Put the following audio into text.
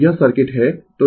तो यह सर्किट है